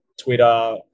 Twitter